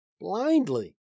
blindly